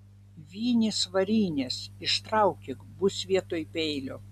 vinys varinės ištraukyk bus vietoj peilio